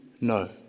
no